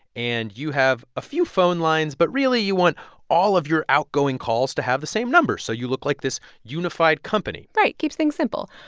and you have a few phone lines. but really, you want all of your outgoing calls to have the same number so you look like this unified company right keeps things simple.